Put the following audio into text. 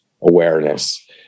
awareness